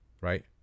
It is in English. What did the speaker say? Right